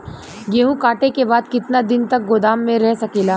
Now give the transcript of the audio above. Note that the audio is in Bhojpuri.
गेहूँ कांटे के बाद कितना दिन तक गोदाम में रह सकेला?